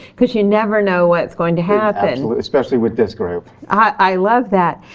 cause you never know what's going to happen. especially with this group. i love that.